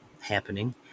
happening